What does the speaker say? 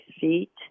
feet